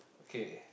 okay